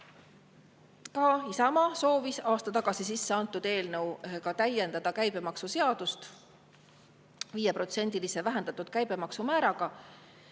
Isamaa soovis aasta tagasi sisse antud eelnõuga täiendada käibemaksuseadust 5%-lise vähendatud käibemaksumääraga.